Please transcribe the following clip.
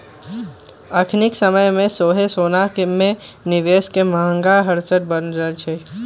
अखनिके समय में सेहो सोना में निवेश के मांग हरसठ्ठो बनल रहै छइ